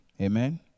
Amen